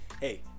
hey